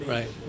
Right